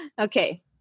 Okay